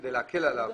כדי להקל עליו